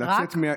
רק?